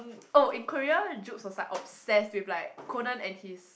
oh in Korea was like obsessed with like Conan and his